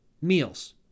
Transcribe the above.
meals